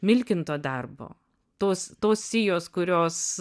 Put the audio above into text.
milkinto darbo tos tos sijos kurios